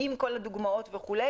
כולל כל הדוגמאות וכו'.